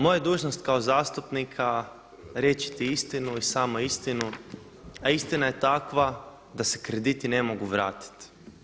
Moja je dužnost kao zastupnika reći ti istinu i samo istinu a istina je takva da se krediti ne mogu vratiti.